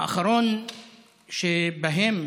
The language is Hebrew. האחרון שבהם,